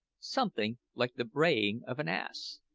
something like the braying of an ass.